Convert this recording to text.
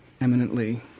eminently